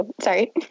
sorry